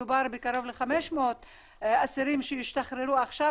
מדובר בקרוב ל-500 אסירים שהשתחררו עכשיו,